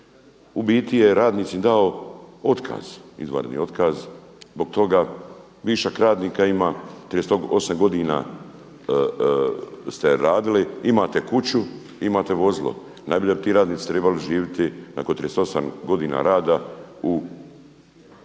ubiti je radnicima dao otkaz, izvanredni otkaz, zbog toga višak radnika ima, 38 godina ste radili, imate kuću, imate vozilo, najbolje da bi ti radnici trebali živjeti nakon 38 godina rada u šatoru.